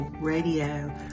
radio